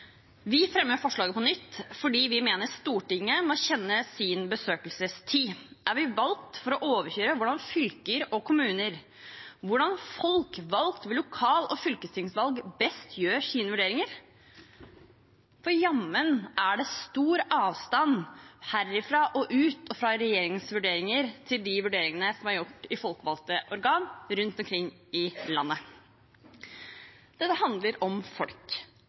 Vi fremmer forslaget på nytt fordi vi mener Stortinget må kjenne sin besøkelsestid. Er vi valgt for å overkjøre hvordan fylker og kommuner, folkevalgte ved lokal- og fylkestingsvalg, best gjør sine vurderinger? For jammen er det stor avstand herifra og ut og fra regjeringens vurderinger til de vurderingene som er gjort i folkevalgte organ rundt omkring i landet. Dette handler om folk